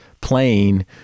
playing